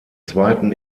zweiten